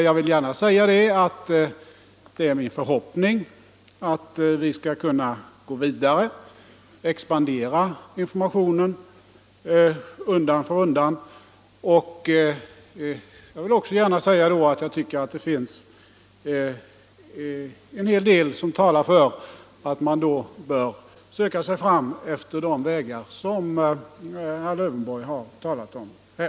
Jag vill dock framhålla att det är min förhoppning att vi skall kunna gå vidare och utöka informationen undan för undan. Jag tycker också att det finns en hel del som talar för att man då bör söka sig fram efter bl.a. de vägar som herr Lövenborg nu har pläderat för.